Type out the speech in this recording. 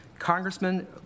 Congressman